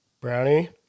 Brownie